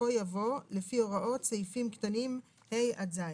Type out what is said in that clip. בסופו יבוא "לפי הוראות סעיפים קטנים (ה) עד (ז)"".